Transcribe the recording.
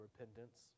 repentance